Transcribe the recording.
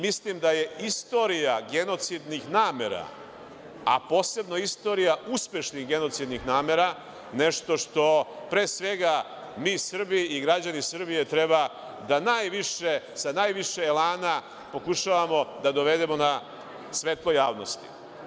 Mislim da je istorija genocidnih namera, a posebno istorija uspešnih genocidnih namera nešto što, pre svega, mi Srbi i građani Srbije treba da sa najviše elana pokušavamo da dovedemo na svetlo javnosti.